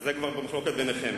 אז, זה כבר במחלוקת ביניכם.